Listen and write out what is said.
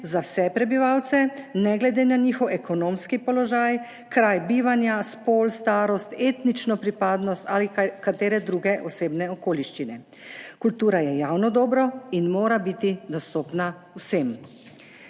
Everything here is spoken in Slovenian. za vse prebivalce, ne glede na njihov ekonomski položaj, kraj bivanja, spol, starost, etnično pripadnost ali katere druge osebne okoliščine. Kultura je javno dobro in mora biti dostopna vsem.